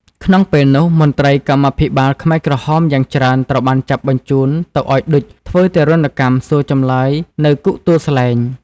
ក្នុងពេលនោះ មន្រ្តីកម្មាភិបាលខ្មែរក្រហមយ៉ាងច្រើនត្រូវបានចាប់បញ្ជូនទៅឱ្យ ឌុច ធ្វើទារុណកម្មសួរចម្លើយនៅគុកទួលស្លែង។